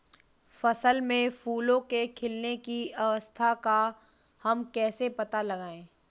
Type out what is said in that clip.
फसल में फूलों के खिलने की अवस्था का हम कैसे पता लगाएं?